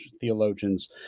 theologians